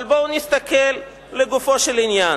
אבל בואו נסתכל לגופו של עניין.